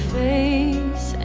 face